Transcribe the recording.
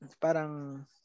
parang